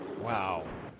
Wow